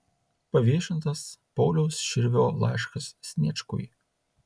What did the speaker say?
paviešintas pauliaus širvio laiškas sniečkui